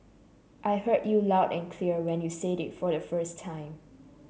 I heard you loud and clear when you said it for the first time